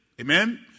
Amen